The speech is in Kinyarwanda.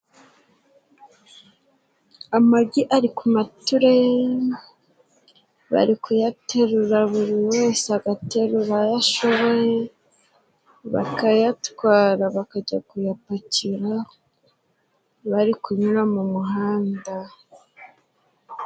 Amagi ari ku matureye bari kuyaterura buri wese agaterura ayo ashoboye bakayatwara bakajya kuyapakira bari kunyura mu muhanda.